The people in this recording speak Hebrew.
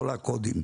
כל הקודים.